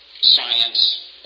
science